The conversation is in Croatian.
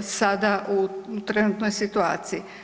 sada u trenutnoj situaciji.